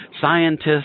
scientists